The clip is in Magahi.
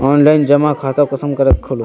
ऑनलाइन जमा खाता कुंसम करे खोलूम?